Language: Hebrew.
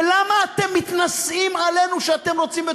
ולמה אתם מתנשאים עלינו שאתם רוצים את